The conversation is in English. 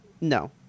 No